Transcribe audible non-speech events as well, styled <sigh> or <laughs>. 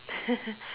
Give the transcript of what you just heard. <laughs>